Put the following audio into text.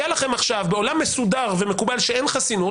בעולם מסודר ומקובל שאין חסינות,